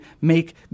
make